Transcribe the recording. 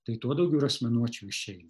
tai tuo daugiau ir asmenuočių išeina